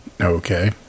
Okay